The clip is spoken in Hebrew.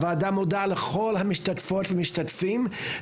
הוועדה מודה לכל המשתתפות והמשתתפים,